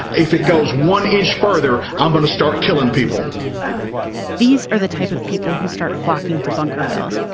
if it goes one inch further, i'm going to start killing people these are the type of people who start flocking to bunkerville.